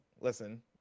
listen